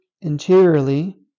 interiorly